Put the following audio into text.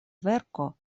verko